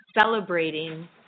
celebrating